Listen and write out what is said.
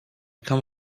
come